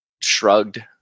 shrugged